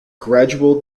gradual